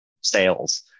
sales